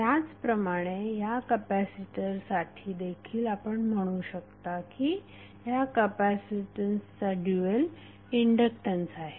त्याचप्रमाणे या कपॅसिटरसाठी देखील आपण म्हणू शकता की ह्या कपॅसिटन्सचा ड्यूएल इंडक्टन्स आहे